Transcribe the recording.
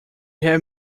have